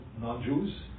non-Jews